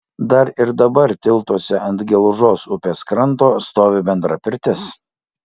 dar ir dabar tiltuose ant gelužos upės kranto stovi bendra pirtis